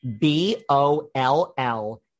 B-O-L-L